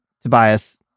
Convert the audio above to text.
Tobias